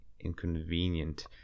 inconvenient